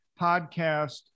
Podcast